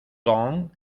donc